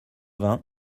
vingt